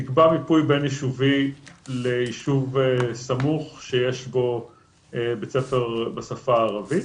נקבע מיפוי בין-יישובי ליישוב סמוך שיש בו בית ספר בשפה הערבית.